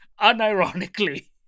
unironically